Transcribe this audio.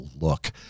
look